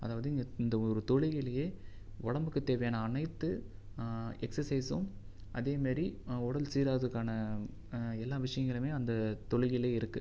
அதாவது இந்த ஒரு தொழுகைலேயே உடம்புக்கு தேவையான அனைத்து எக்ஸசைசும் அதேமாரி உடல் சீராக்குறதுக்கான எல்லா விஷயங்களுமே அந்த தொழுகைலயே இருக்கு